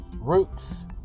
roots